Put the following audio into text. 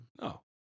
No